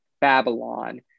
Babylon